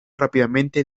rápidamente